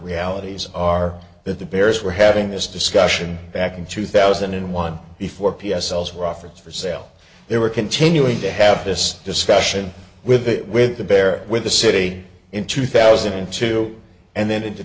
realities are that the bears were having this discussion back in two thousand and one before p s cells were offered for sale they were continuing to have this discussion with it with the bear with the city in two thousand and two and then into